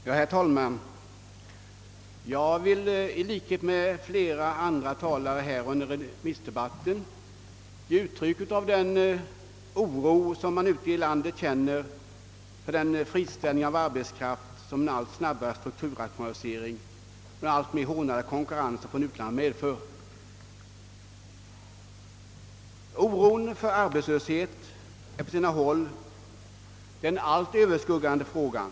Herr talman! Jag vill i likhet med flera andra talare under remissdebatten ge uttryck åt den oro man ute i landet känner för den friställning av arbetskraft som en allt snabbare strukturrationalisering och en alltmer hårdnande konkurrens från utlandet medför. Oron för arbetslöshet är på sina håll den allt överskuggande frågan.